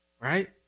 right